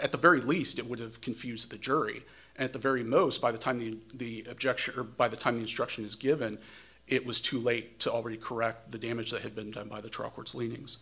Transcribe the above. at the very least it would have confused the jury at the very most by the time the objection or by the time instruction is given it was too late to already correct the damage that had been done by the trial court's leanings